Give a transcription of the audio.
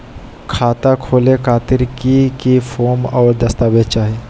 खाता खोले खातिर की की फॉर्म और दस्तावेज चाही?